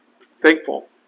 thankful